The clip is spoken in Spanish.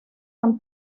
han